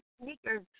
sneakers